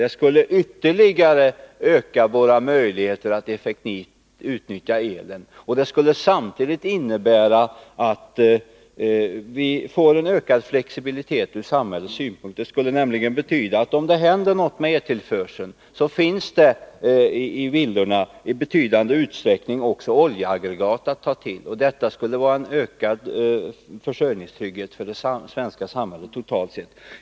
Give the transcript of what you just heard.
Detta ökar ytterligare våra möjligheter att effektivt utnyttja elströmmen, och det skulle samtidigt innebära en ökad flexibilitet ur samhällets synpunkt. Det skulle nämligen betyda att det i stor utsträckning också skulle finnas oljeaggregat att ta till i villorna, vilket skulle vara av värde om det händer något med eltillförseln. Detta innebär en ökad energiförsörjningstrygghet för det svenska samhället, totalt sett.